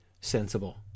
sensible